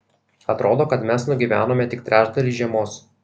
atrodo kad mes nugyvenome tik trečdalį žiemos